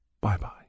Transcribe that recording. Bye-bye